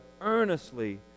earnestly